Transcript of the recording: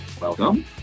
welcome